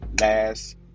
last